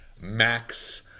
Max